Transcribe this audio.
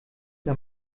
der